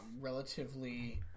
relatively